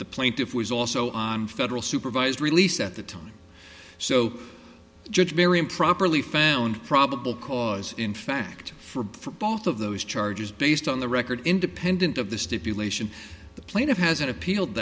the plaintiff was also on federal supervised release at the time so the judge very improperly found probable cause in fact for both of those charges based on the record independent of the stipulation the plaintiff has appealed